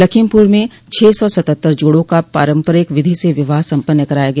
लखीमपुर में छह सौ सतहत्तर जोड़ों का पारम्परिक विधि से विवाह सम्पन्न कराया गया